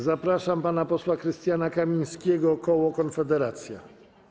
Zapraszam pana posła Krystiana Kamińskiego, koło Konfederacja.